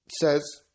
says